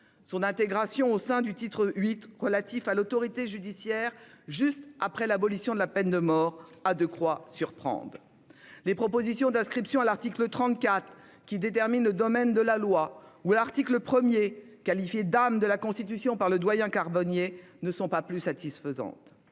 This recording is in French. Son intégration au sein du titre VIII relatif à l'autorité judiciaire, juste après l'abolition de la peine de mort, a de quoi surprendre. Les propositions d'inscription à l'article 34, qui détermine le domaine de la loi, ou à l'article 1, qualifié d'« âme de la Constitution » par le doyen Carbonnier, ne sont pas plus satisfaisantes.